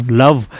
love